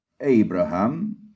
Abraham